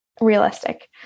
realistic